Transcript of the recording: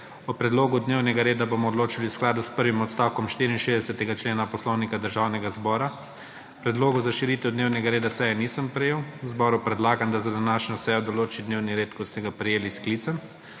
O predlogu dnevnega reda bomo odločali v skladu s prvim odstavkom 64. člena Poslovnika Državnega zbora. Predlogov za širitev dnevnega reda seje nisem prejel. Zboru predlagam, da za današnjo sejo določi dnevni red, ko ga je prejel s sklicem.